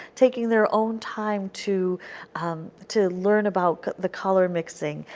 taking their own time to um to learn about the color mixing,